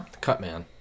Cutman